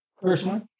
personally